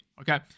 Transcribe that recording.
okay